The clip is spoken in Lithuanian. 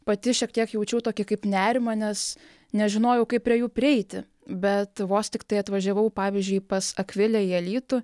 pati šiek tiek jaučiau tokį kaip nerimą nes nežinojau kaip prie jų prieiti bet vos tiktai atvažiavau pavyzdžiui pas akvilę į alytų